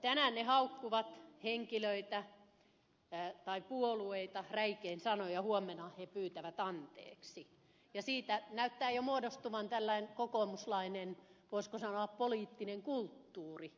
tänään he haukkuvat henkilöitä tai puolueita räikein sanoin ja huomenna he pyytävät anteeksi ja siitä näyttää jo muodostuvan kokoomuslainen voisiko sanoa poliittinen kulttuuri